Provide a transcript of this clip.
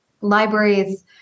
libraries